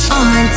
on